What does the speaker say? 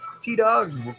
t-dog